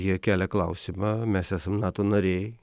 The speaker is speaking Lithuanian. jie kelia klausimą mes esam nato nariai